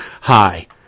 hi